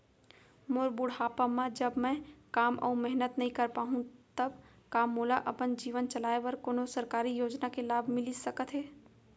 मोर बुढ़ापा मा जब मैं काम अऊ मेहनत नई कर पाहू तब का मोला अपन जीवन चलाए बर कोनो सरकारी योजना के लाभ मिलिस सकत हे?